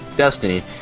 Destiny